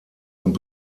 und